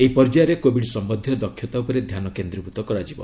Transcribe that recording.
ଏହି ପର୍ଯ୍ୟାୟରେ କୋବିଡ୍ ସମ୍ଭନ୍ଧୀୟ ଦକ୍ଷତା ଉପରେ ଧ୍ୟାନ କେନ୍ଦ୍ରୀଭୂତ କରାଯିବ